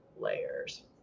layers